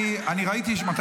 אני ראיתי מתי